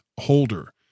holder